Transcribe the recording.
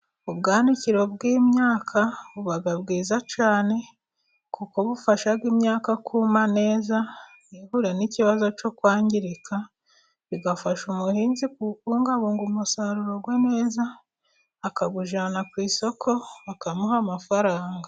Ubwanikiro bw'imyaka buba bwiza cyane, kuko bufasha imyaka kuma neza, ihura n'ikibazo cyo kwangirika bigafasha ubuhinzi kubungabunga umusaruro ku neza akabujyana ku isoko bakamuha amafaranga.